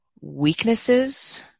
weaknesses